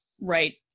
right